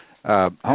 Home